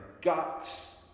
guts